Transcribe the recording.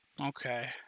Okay